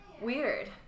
Weird